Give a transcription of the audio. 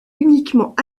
uniquement